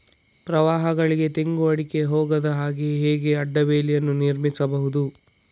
ಪ್ರವಾಹಗಳಿಗೆ ತೆಂಗು, ಅಡಿಕೆ ಹೋಗದ ಹಾಗೆ ಹೇಗೆ ಅಡ್ಡ ಬೇಲಿಯನ್ನು ನಿರ್ಮಿಸಬಹುದು?